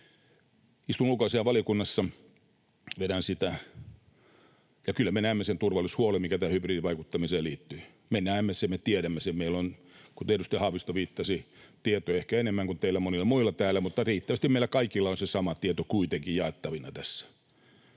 Istun ulkoasiainvaliokunnassa, vedän sitä. Ja kyllä me näemme sen turvallisuushuolen, mikä tähän hybridivaikuttamiseen liittyy. Me näemme sen, me tiedämme sen. Meillä on, kuten edustaja Haavisto viittasi, tietoja ehkä enemmän kuin teillä monilla muilla täällä, mutta meillä kaikilla on riittävästi, se sama tieto kuitenkin jaettavana tässä.